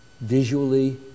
Visually